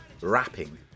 rapping